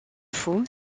faut